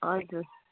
हजुर